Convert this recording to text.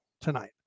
tonight